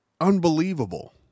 unbelievable